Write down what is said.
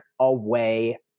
away